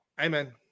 amen